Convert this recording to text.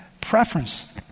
preference